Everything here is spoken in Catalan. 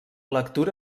lectura